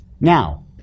Now